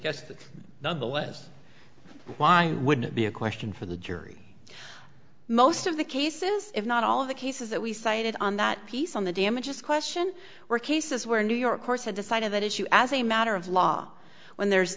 west wind would be a question for the jury most of the cases if not all of the cases that we cited on that piece on the damages question were cases where new york course had decided that issue as a matter of law when there's